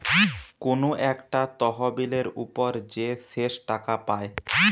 কুনু একটা তহবিলের উপর যে শেষ টাকা পায়